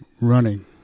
running